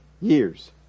years